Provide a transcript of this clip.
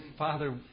Father